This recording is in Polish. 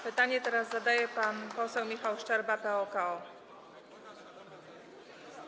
Pytanie teraz zadaje pan poseł Michał Szczerba, PO-KO.